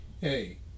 Hey